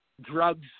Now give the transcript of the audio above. drugs